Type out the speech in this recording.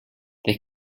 they